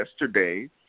yesterday